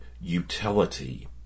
utility